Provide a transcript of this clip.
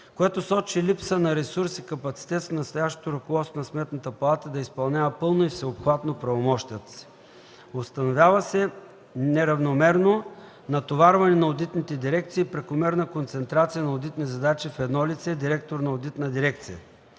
което сочи липса на ресурс и капацитет в настоящото ръководството на Сметната палата да изпълнява пълно и всеобхватно правомощията си. Установява се неравномерно натоварване на одитните дирекции и прекомерна концентрация на одитни задачи в едно лице – директор на одитна дирекция.